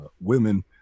women